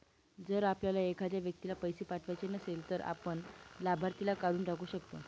जर आपल्याला एखाद्या व्यक्तीला पैसे पाठवायचे नसेल, तर आपण लाभार्थीला काढून टाकू शकतो